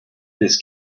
this